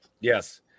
Yes